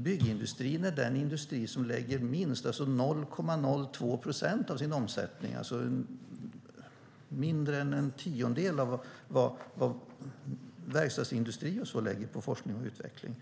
Byggindustrin är den industri som lägger minst pengar - 0,02 procent av sin omsättning, alltså mindre än en tiondel av vad till exempel verkstadsindustrin lägger - på forskning och utveckling.